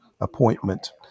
appointment